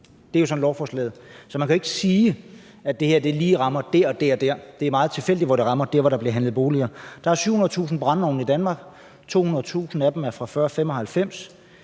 Det er jo sådan, lovforslaget er. Så man kan jo ikke sige, at det her lige rammer der og der og der. Det er meget tilfældigt, hvor det rammer – der, hvor der bliver handlet boliger. Der er 700.000 brændeovne i Danmark. 200.000 af dem er fra før